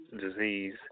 Disease